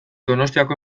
donostiako